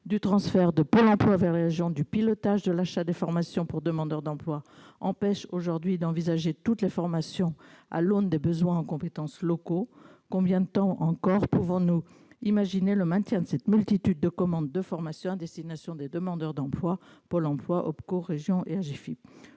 du transfert de Pôle emploi vers les régions du pilotage de l'achat des formations pour demandeurs d'emploi empêche aujourd'hui d'envisager toutes les formations à l'aune des besoins en compétences locaux. Combien de temps encore maintiendra-t-on cette multiplicité des commandes de formations à destination des demandeurs d'emploi, émanant de Pôle emploi, des OPCO, des régions, de